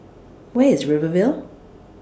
Where IS Rivervale